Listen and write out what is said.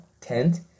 tent